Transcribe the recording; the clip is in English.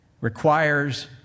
requires